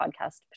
podcast